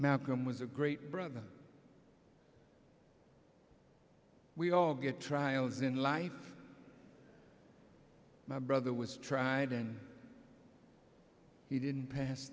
malcolm was a great brother we all get trials in life my brother was tried and he didn't pass